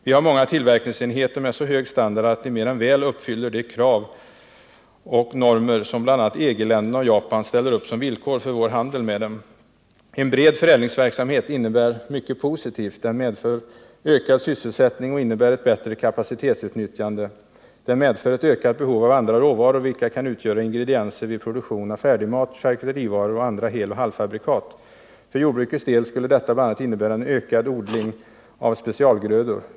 Vi har många tillverkningsenheter med så hög standard att de mer än väl uppfyller de krav och normer som bl.a. EG länderna och Japan ställer upp som villkor för vår handel med dem. En bred förädlingsverksamhet innebär mycket positivt. Den medför ökad sysselsättning och innebär ett bättre kapacitetsutnyttjande. Den medför vidare ett ökat behov av andra råvaror, vilka kan utgöra ingredienser vid produktion av färdig mat, charkuterivaror och andra heloch halvfabrikat. För jordbrukets del skulle dessa bl.a. innebära en ökad odling av specialgrödor.